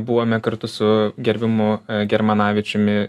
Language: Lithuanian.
buvome kartu su gerbiamu germanavičiumi